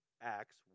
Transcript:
Acts